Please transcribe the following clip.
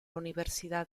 universidad